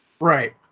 Right